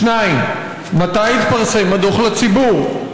2. מתי יתפרסם הדוח לציבור?